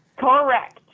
correct.